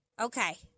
Okay